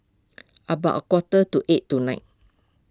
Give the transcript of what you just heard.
about a quarter to eight tonight